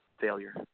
failure